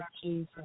Jesus